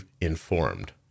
informed